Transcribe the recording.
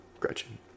Gretchen